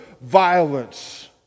violence